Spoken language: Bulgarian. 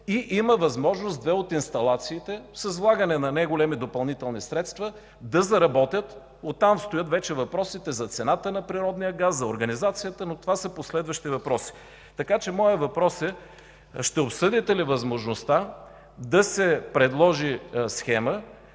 има възможност две от инсталациите с влагане на неголеми допълнителни средства да заработят? От там стоят вече въпросите за цената на природния газ, за организацията, но това са последващи въпроси. Въпросът ми е: ще обсъдите ли възможността да се предложи схема,